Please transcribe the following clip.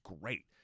great